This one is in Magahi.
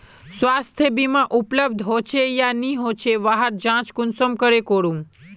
स्वास्थ्य बीमा उपलब्ध होचे या नी होचे वहार जाँच कुंसम करे करूम?